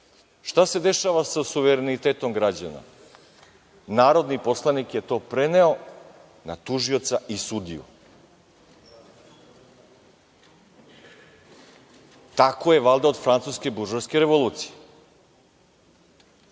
šta se dešava sa suverenitetom građana? Narodni poslanik je to preneo na tužioca i sudiju. Tako je valjda od Francuske buržoaske revolucije.